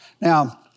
Now